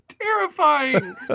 terrifying